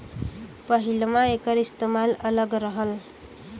पहिलवां एकर इस्तेमाल अलग रहल